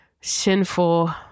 sinful